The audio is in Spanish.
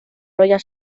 royal